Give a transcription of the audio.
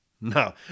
No